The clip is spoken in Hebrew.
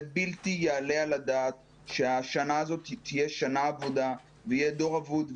זה בלתי יעלה על הדעת שהשנה הזאת תהיה שנה אבודה ויהיה דור אבוד,